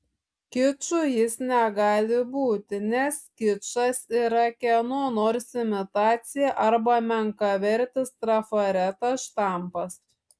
kiču jis negali būti nes kičas yra kieno nors imitacija arba menkavertis trafaretas štampas